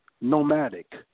nomadic